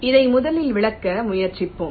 இதை முதலில் விளக்க முயற்சிப்போம்